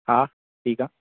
हा ठीकु आहे